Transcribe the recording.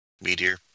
Meteor